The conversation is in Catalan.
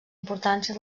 importància